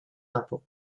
impôts